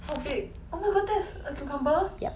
how big oh my god that's a cucumber